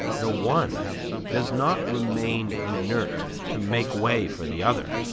the one does not remain inert to make way for the other,